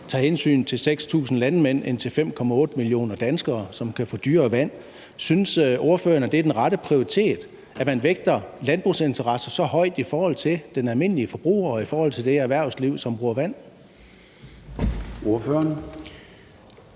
tager hensyn til 6.000 landmænd end til 5,8 millioner danskere, som kan få dyrere drikkevand. Synes ordføreren, at det er den rette prioritet, at man vægter landbrugsinteresser så højt i forhold til den almindelige forbruger og i forhold til det erhvervsliv, som bruger vand? Kl.